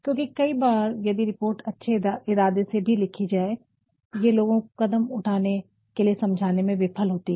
क्योंकि कई बार यदि रिपोर्ट अच्छे इरादे से भी लिखी जाये ये लोगो को कदम उठाने के लिए समझाने में विफल होती हैं